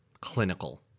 clinical